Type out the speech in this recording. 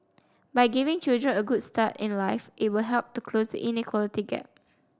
by giving children a good start in life it will help to close the inequality gap